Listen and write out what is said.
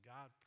God